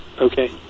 Okay